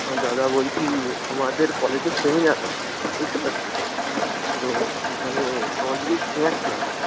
হ্যাঁ দাদা বলছি আমাদের কলেজের সেমিনার আছে বুঝতে পারছেন তো সেখানে আমাদের কিছু স্ন্যাকস লাগবে